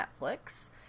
netflix